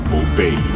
obey